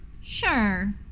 Sure